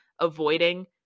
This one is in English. avoiding